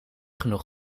genoeg